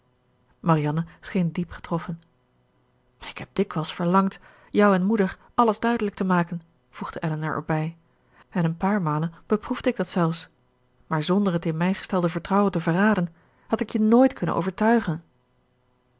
marianne scheen diep getroffen ik heb dikwijls verlangd jou en moeder alles duidelijk te maken voegde elinor erbij en een paar malen beproefde ik dat zelfs maar zonder het in mij gestelde vertrouwen te verraden had ik je nooit kunnen overtuigen